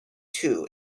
too